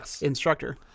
instructor